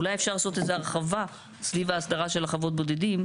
אולי אפשר לעשות איזושהי הרחבה סביב ההסדרה הקיימת של חוות הבודדים?